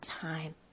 time